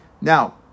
Now